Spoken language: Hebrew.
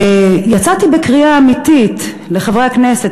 יצאתי בקריאה אמיתית לחברי הכנסת